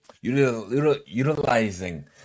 utilizing